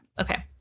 okay